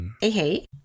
hey